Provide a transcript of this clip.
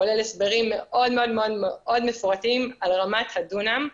כולל הסברים מאוד מאוד מפורטים על רמת הדונם.